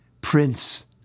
Prince